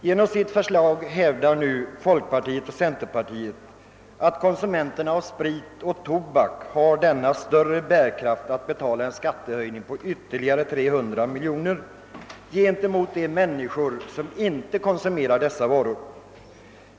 Genom sitt förslag hävdar nu folkpartiet och centerpartiet att konsumenterna av sprit och tobak har större kapacitet att betala en skattehöjning på ytterligare 300 miljoner än de människor som inte konsumerar dessa varor.